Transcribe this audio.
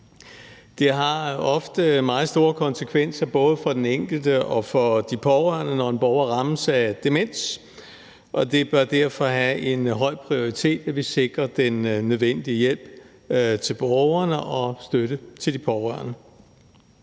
Det har ofte meget store konsekvenser både for den enkelte og for de pårørende, når en borger rammes af demens, og det bør derfor have en høj prioritet, at vi sikrer den nødvendige hjælp til borgerne og støtte til de pårørende.